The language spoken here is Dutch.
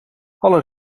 alle